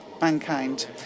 mankind